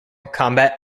combat